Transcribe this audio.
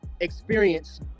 experience